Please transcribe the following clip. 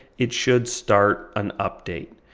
it should start an update.